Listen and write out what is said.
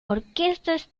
orquestas